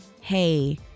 hey